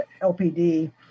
LPD